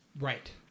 Right